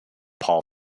paul